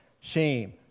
shame